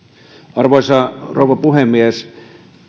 arvoisa rouva puhemies